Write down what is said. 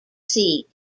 seat